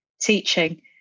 teaching